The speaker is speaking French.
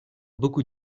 beaucoup